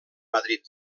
madrid